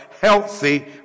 healthy